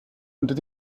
unter